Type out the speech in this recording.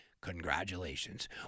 Congratulations